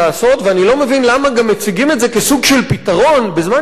ואני לא מבין למה גם מציגים את זה כסוג של פתרון בזמן שברור